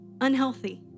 Unhealthy